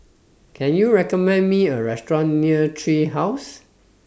Can YOU recommend Me A Restaurant near Tree House